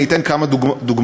אני אתן כמה דוגמאות.